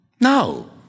No